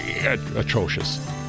atrocious